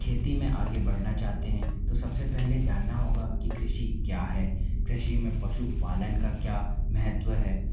खेती में आगे बढ़ना चाहते हैं तो सबसे पहले जानना होगा कि कृषि क्या है कृषि में पशुपालन का क्या महत्व है